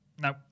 no